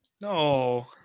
No